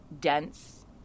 dense